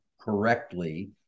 correctly